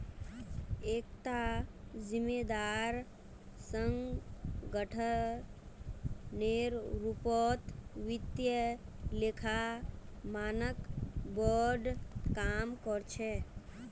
एकता जिम्मेदार संगठनेर रूपत वित्तीय लेखा मानक बोर्ड काम कर छेक